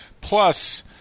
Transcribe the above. Plus